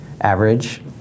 average